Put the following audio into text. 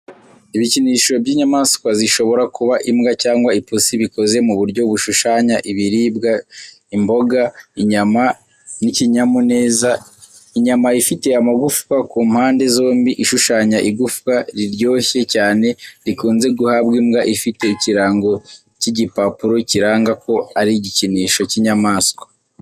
Ibikinisho by’inyamaswa zishobora kuba imbwa cyangwa ipusi bikoze mu buryo bushushanya ibiribwa imboga, inyama n’ikinyamuneza. Inyama ifite amagufwa ku mpande zombi ishushanya igufwa riryoshye cyane rikunze guhabwa imbwa ifite ikirango cy’igipapuro kiranga ko ari igikinisho cy’inyamaswa.